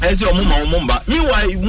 Meanwhile